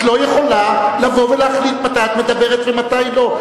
את לא יכולה לבוא ולהחליט מתי את מדברת ומתי לא.